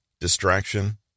distraction